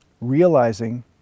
realizing